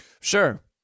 Sure